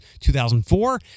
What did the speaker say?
2004